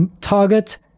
Target